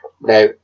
Now